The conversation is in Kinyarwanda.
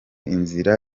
inzira